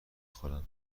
خورم